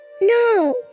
No